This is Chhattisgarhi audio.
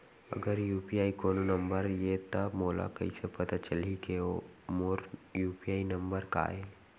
अगर यू.पी.आई कोनो नंबर ये त मोला कइसे पता चलही कि मोर यू.पी.आई नंबर का ये?